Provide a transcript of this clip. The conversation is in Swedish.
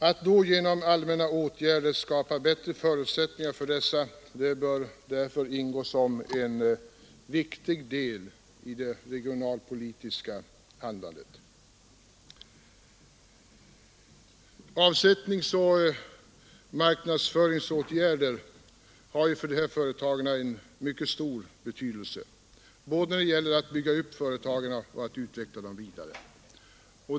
Att genom allmänna åtgärder ge dessa bättre förutsättningar bör därför ingå som en viktig del i det regionalpolitiska handlandet. Avsättningsoch marknadsföringsåtgärder har för dessa företag en mycket stor betydelse när det gäller både att bygga upp företagen och att utveckla dem vidare.